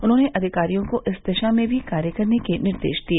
उन्होंने अधिकारियों को इस दिशा में भी कार्य करने के निर्देश दिए